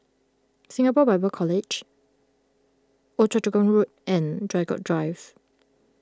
Singapore Bible College Old Choa Chu Kang Road and Draycott Drive